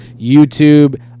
YouTube